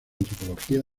antropología